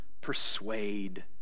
persuade